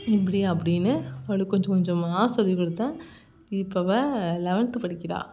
இப்படி அப்படின்னு அவளுக்கு கொஞ்சம் கொஞ்சமாக சொல்லி கொடுத்தேன் இப் அவள் லெவன்த்து படிக்கிறாள்